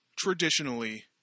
Traditionally